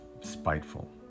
spiteful